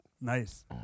Nice